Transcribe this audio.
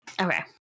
Okay